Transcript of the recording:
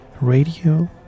radio